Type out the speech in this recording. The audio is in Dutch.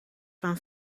van